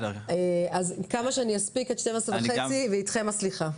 אז כמה שאני אספיק לשמוע עד השעה 12:30 ואיתכם הסליחה.